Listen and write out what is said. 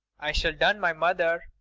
i shall dun my mother.